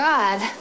God